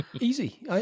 Easy